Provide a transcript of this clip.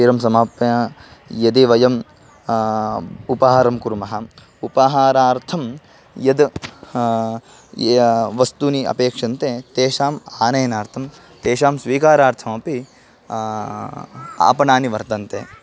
क्षीरं समाप्य यदि वयम् उपाहारं कुर्मः उपाहारार्थं यद् या वस्तूनि अपेक्षन्ते तेषाम् आनयनार्थं तेषां स्वीकारार्थमपि आपणानि वर्तन्ते